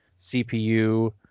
CPU